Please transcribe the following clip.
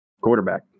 Quarterback